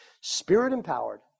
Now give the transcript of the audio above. Spirit-empowered